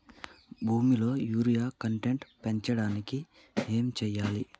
భూమిలో urea content పెంచడానికి ఏం చేయాలి?